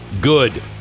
good